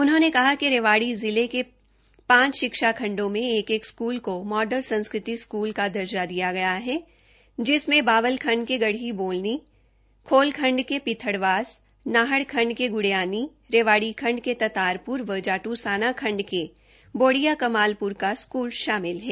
उन्होंने कहा कि रेवाडी जिला के पांच षिक्षा खण्डों में एक एक स्कूल को मॉडल संस्कृति स्कूल का दर्जा दिया गया है जिनमें बावल खण्ड के गढी बोलनी खोल खण्ड के पिथड़वास नाहड खण्ड के गुडियानी रेवाडी खण्ड के ततारपुर व जाटूसाना खण्ड के बोडिया कमालपुर का स्कूल शामिल हैं